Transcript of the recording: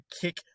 kick